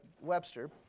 Webster